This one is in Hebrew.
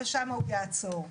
ושם הוא יעצור.